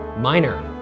Minor